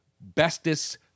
bestest